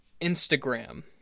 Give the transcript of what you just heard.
Instagram